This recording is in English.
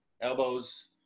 Elbows